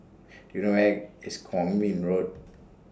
Do YOU know Where IS Kwong Min Road